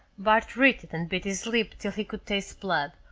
bart writhed and bit his lip till he could taste blood,